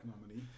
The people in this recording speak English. nominee